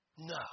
No